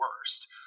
worst